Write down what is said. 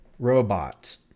Robots